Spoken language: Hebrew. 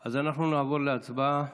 אז אנחנו נעבור להצבעה.